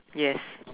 yes